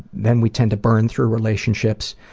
then we tend to burn through relationships,